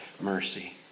mercy